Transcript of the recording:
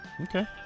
Okay